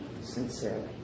sincerely